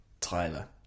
Tyler